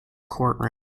courtroom